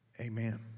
amen